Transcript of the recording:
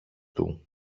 του